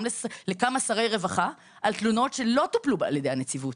לכמה שרי רווחה על תלונות שלא טופלו על ידי הנציבות,